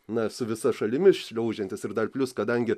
na su visa šalimi šliaužiantis ir dar plius kadangi